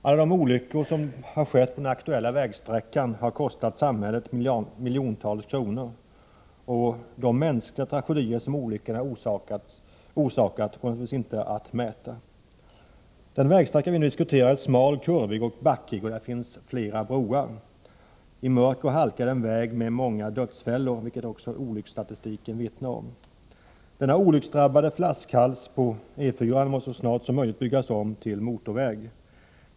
Alla de olyckor som skett på den aktuella vägsträckan har kostat samhället miljontals kronor. De mänskliga tragedier som olyckorna orsakat går naturligtvis inte att mäta. Den vägsträcka vi nu diskuterar är smal, kurvig och backig, och där finns flera broar. I mörker och halka är det en väg med många dödsfällor, vilket också olycksstatistiken vittnar om. Denna olycksdrabbade flaskhals på E 4-an måste så snart som möjligt byggas om till motorväg.